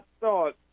thought